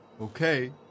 Okay